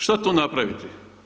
Šta tu napraviti.